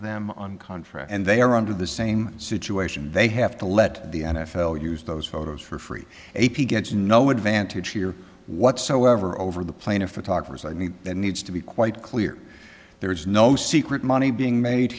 them on contract and they are under the same situation they have to let the n f l use those photos for free a p gets no advantage here whatsoever over the plane of photographers i mean that needs to be quite clear there is no secret money being made